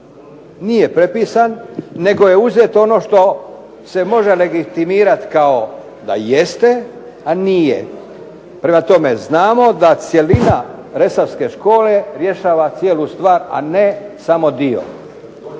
nije prepisan nego je uzeto ono što se može legitimirati da jeste, a nije. Prema tome, znamo da cjelina resarske škole rješava cijelu stvar, a ne samo dio.